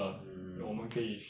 mm